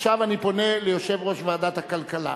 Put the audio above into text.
עכשיו אני פונה ליושב-ראש ועדת הכלכלה,